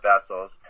vessels